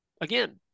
again